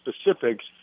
specifics